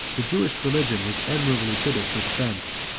the jewish religion was admirably fitted for defence,